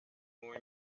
more